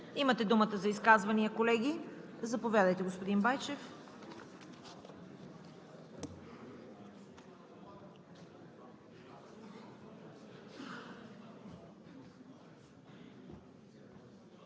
Имате думата за изказвания, колеги. Заповядайте, господин Байчев.